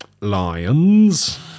Lions